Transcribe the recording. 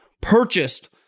purchased